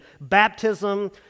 baptism